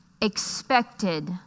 expected